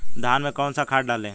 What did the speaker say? धान में कौन सा खाद डालें?